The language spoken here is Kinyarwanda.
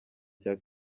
cya